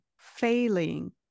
failing